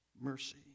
mercy